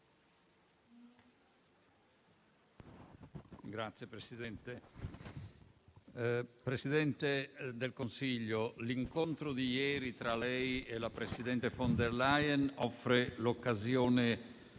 Presidente del Consiglio, l'incontro di ieri tra lei e la presidente *von der Leyen* offre l'occasione